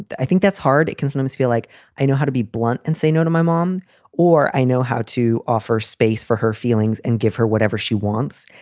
but i think that's hard. it can sometimes feel like i know how to be blunt and say no to my mom or i know how to offer space for her feelings and give her whatever she wants.